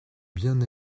bien